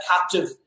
captive